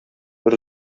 бер